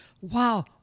wow